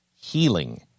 healing